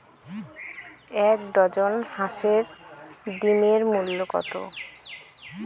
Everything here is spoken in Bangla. এক ডজন হাঁসের ডিমের মূল্য কত?